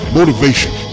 motivation